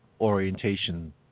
orientation